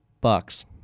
Bucks